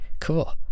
cool